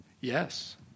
Yes